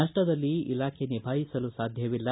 ನಷ್ಟದಲ್ಲಿ ಇಲಾಖೆ ನಿಭಾಯಿಸಲು ಸಾಧ್ಯವಿಲ್ಲ